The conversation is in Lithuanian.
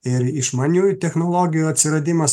ir išmaniųjų technologijų atsiradimas